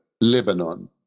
Lebanon